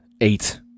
Eight